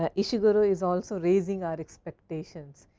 ah ishiguro is also raising our expectations.